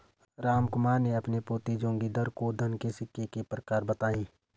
रामकुमार ने अपने पोते जोगिंदर को धन के सिक्के के प्रकार बताएं